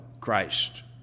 Christ